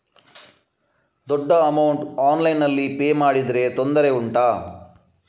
ದೊಡ್ಡ ಅಮೌಂಟ್ ಆನ್ಲೈನ್ನಲ್ಲಿ ಪೇ ಮಾಡಿದ್ರೆ ತೊಂದರೆ ಉಂಟಾ?